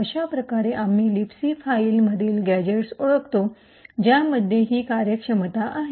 अशाप्रकारे आम्ही लिबसी फाईलमधील गॅझेट्स ओळखतो ज्यामध्ये ही कार्यक्षमता आहे